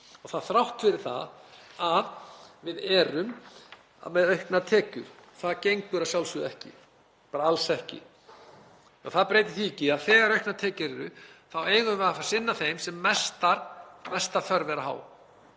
þrátt fyrir að við séum með auknar tekjur. Það gengur að sjálfsögðu ekki, bara alls ekki. En það breytir því ekki að þegar auknar tekjur eru þá eigum við að sinna því sem mest þörf er á,